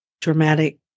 dramatic